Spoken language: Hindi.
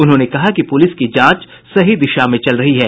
उन्होंने कहा कि पुलिस की जांच सही दिशा में चल रही है